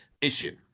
issue